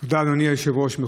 תודה, אדוני היושב-ראש.